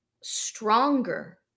stronger